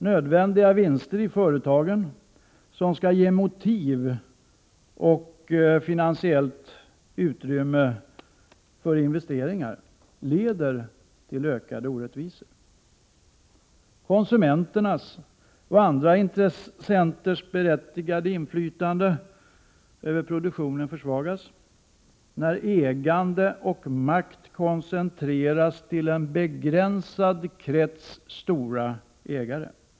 Nödvändiga vinster i företagen, som skall ge motiv och finansiellt utrymme för investeringar, leder till ökade orättvisor. Konsumenternas och andra intressenters berättigade inflytande över produktionen försvagas när ägande och makt koncentreras till en begränsad krets stora ägare.